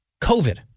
COVID